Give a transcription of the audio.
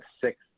six